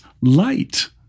light